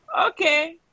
okay